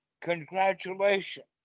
congratulations